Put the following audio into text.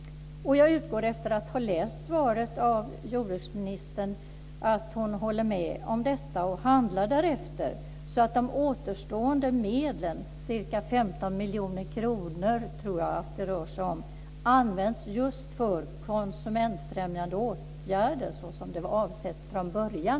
Jag utgår från, efter att ha läst svaret från jordbruksministern, att hon håller med om detta och handlar därefter, så att de återstående medlen, ca 15 miljoner kronor tror jag att det rör sig om, används just för konsumentfrämjande åtgärder, så som det var avsett från början.